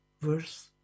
verse